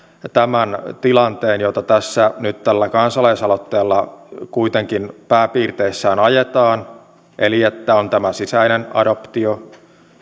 tämän tilanteen jota tässä nyt tällä kansalaisaloitteella kuitenkin pääpiirteissään ajetaan eli on tämä sisäinen adoptio